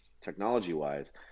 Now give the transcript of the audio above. technology-wise